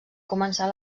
començar